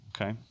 okay